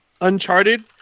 Uncharted